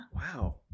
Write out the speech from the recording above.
Wow